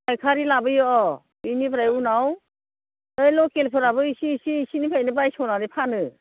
फाइखारि लाबोयो अह इनिफ्राय उनाव बै लकेलफोराबो इसि इसि इसिनिफ्रायनो बायस'नानै फानो